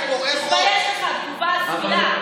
או שזה רק זכויות של אנשים בלתי חוקיים במדינת ישראל,